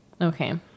Okay